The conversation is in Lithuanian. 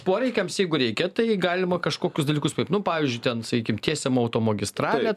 poreikiams jeigu reikia tai galima kažkokius dalykus kaip nu pavyzdžiui ten saykim tiesiam automagistralę